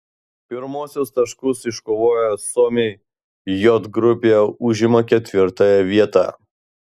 pirmuosius taškus iškovoję suomiai j grupėje užima ketvirtąją vietą